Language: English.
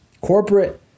Corporate